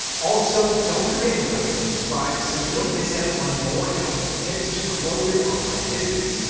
also, don't forget to like and subscribe so you don't miss out on more helpful tips to grow your online business.